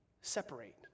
separate